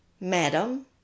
Madam